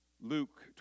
Luke